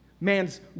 Man's